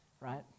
right